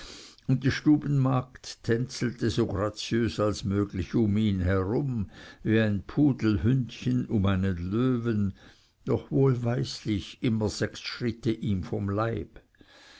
und die stubenmagd tänzelte so graziös als möglich um ihn herum wie ein pudelhündchen um einen löwen doch wohlweislich immer sechs schritte ihm vom leibe